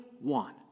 one